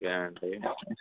okay అండి